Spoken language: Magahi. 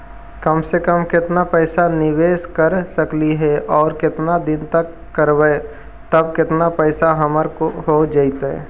कम से कम केतना पैसा निबेस कर सकली हे और केतना दिन तक करबै तब केतना पैसा हमर हो जइतै?